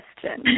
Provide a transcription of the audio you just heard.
question